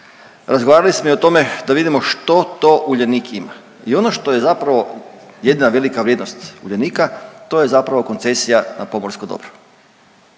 razgovarali smo i o tome da vidimo što to Uljanik ima. I ono što je zapravo jedna velika vrijednost Uljanika to je zapravo koncesija na pomorsko dobro,